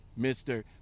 Mr